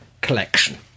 collection